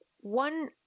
One